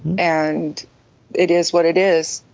and it is what it is.